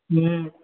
ம்